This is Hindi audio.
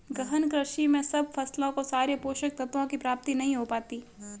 गहन कृषि में सब फसलों को सारे पोषक तत्वों की प्राप्ति नहीं हो पाती